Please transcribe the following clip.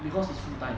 because it's full time